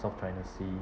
south china sea